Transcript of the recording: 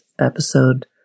episode